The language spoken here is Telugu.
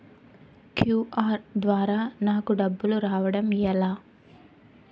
క్యు.ఆర్ ద్వారా నాకు డబ్బులు రావడం ఎలా?